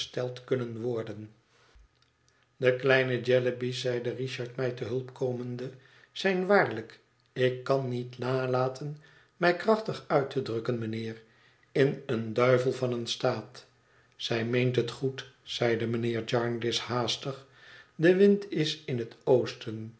kunnen worden de kleine jellyby's zeide richard mij te hulp komende zijn waarlijk ik kan niet nalaten mij krachtig uit te drukken mijnheer in een duivel van een staat zij meent het goed zeide mijnheer jarndyce haastig de wind is in het oosten